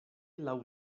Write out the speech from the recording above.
laŭ